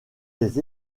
des